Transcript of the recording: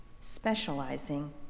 specializing